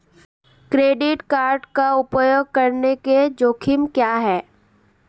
Credit card का उपयोग करने के जोखिम क्या हैं?